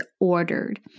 ordered